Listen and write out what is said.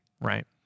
Right